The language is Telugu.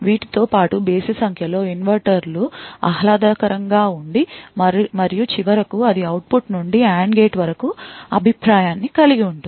వీటితో పాటు బేసి సంఖ్యలో ఇన్వర్టర్లు ఆహ్లాదకరంగా ఉంది మరియు చివరకు అది అవుట్పుట్ నుండి AND గేట్ వరకు అభిప్రాయాన్ని కలిగి ఉంటుంది